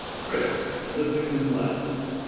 chris lifting his glass.